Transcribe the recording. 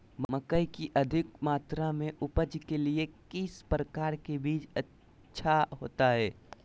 मकई की अधिक मात्रा में उपज के लिए किस प्रकार की बीज अच्छा होता है?